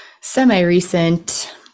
semi-recent